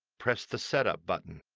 press thesetup button.